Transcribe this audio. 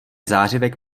zářivek